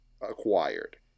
acquired